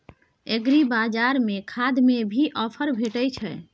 एग्रीबाजार में खाद में भी ऑफर भेटय छैय?